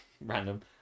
random